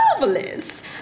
marvelous